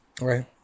right